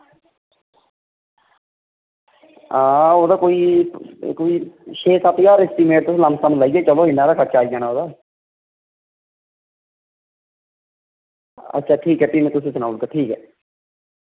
आं ओह्दा कोई कोई छे सत्त ज्हार लाइयै चलो इन्ना खर्चा आई जाना ओह्दा अच्छा ठीक ऐ भी में तुसेंगी सनाई ओड़गा ठीक ऐ